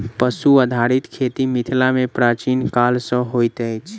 पशु आधारित खेती मिथिला मे प्राचीन काल सॅ होइत अछि